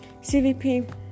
CVP